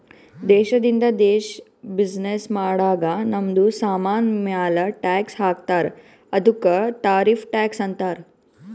ದೇಶದಿಂದ ದೇಶ್ ಬಿಸಿನ್ನೆಸ್ ಮಾಡಾಗ್ ನಮ್ದು ಸಾಮಾನ್ ಮ್ಯಾಲ ಟ್ಯಾಕ್ಸ್ ಹಾಕ್ತಾರ್ ಅದ್ದುಕ ಟಾರಿಫ್ ಟ್ಯಾಕ್ಸ್ ಅಂತಾರ್